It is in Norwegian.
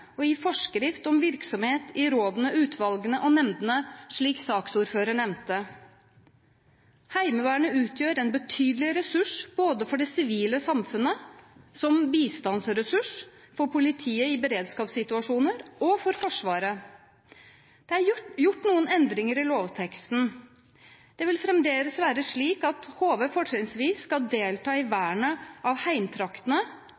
og gi forskrift om virksomhet i rådene, utvalgene og nemndene, slik saksordfører nevnte. Heimevernet utgjør en betydelig ressurs både for det sivile samfunnet, som bistandsressurs for politiet i beredskapssituasjoner og for Forsvaret. Det er gjort noen endringer i lovteksten. Det vil fremdeles være slik at HV fortrinnsvis skal delta i